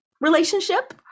relationship